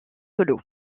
solo